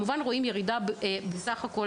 רואים ירידה בסך הכול